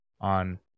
on